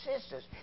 sisters